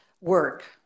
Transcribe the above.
work